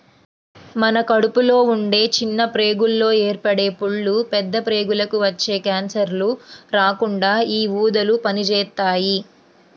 మన కడుపులో ఉండే చిన్న ప్రేగుల్లో ఏర్పడే పుళ్ళు, పెద్ద ప్రేగులకి వచ్చే కాన్సర్లు రాకుండా యీ ఊదలు పనిజేత్తాయి